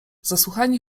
zasłuchani